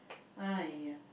!aiya!